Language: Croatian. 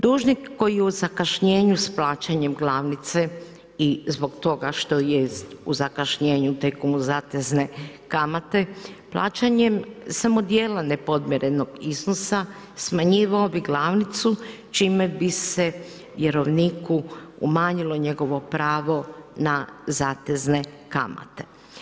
Dužnik koji je u zakašnjenju s plaćanjem glavnice i zbog toga što je u zakašnjenju teku mu zatezne kamate, plaćanjem samo dijela nepodmirenog iznosa smanjivao bi glavnicu čime bi se vjerovniku umanjilo njegovo pravo na zatezne kamate.